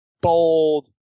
bold